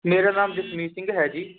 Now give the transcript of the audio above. ਮੇਰਾ ਨਾਮ ਜਸਮੀਤ ਸਿੰਘ ਹੈ ਜੀ